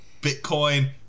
Bitcoin